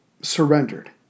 surrendered